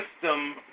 system